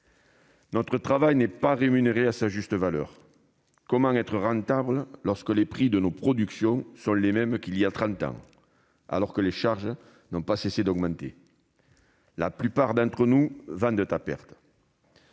Notre travail n'est pas rémunéré à sa juste valeur. Comment être rentable lorsque les prix de nos productions sont les mêmes qu'il y a trente ans, alors que les charges n'ont pas cessé d'augmenter ? La plupart d'entre nous vendent à perte.